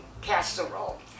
casserole